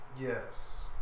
Yes